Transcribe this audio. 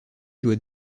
doit